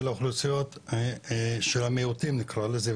של אוכלוסיות המיעוטים נקרא לזה,